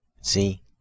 See